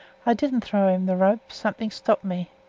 i didn't throw him the rope something stopped me.